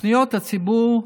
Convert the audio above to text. פניות הציבור,